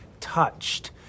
touched